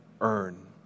earn